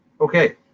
Okay